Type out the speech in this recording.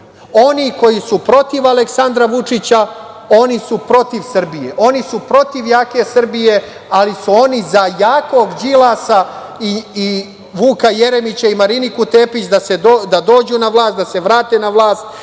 Oni koji su protiv Aleksandra Vučića, oni su protiv Srbije. Oni su protiv jake Srbije, ali su oni za jakog Đilasa i Vuka Jeremića i Mariniku Tepić, da dođu na vlast, da se vrate na vlast